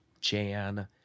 Jan